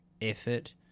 effort